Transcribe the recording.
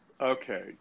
Okay